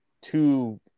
two